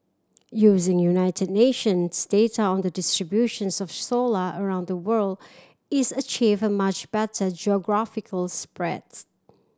using United Nations data on the distributions of scholar around the world its achieved a much better geographical spreads